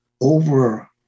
over